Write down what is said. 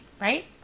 Right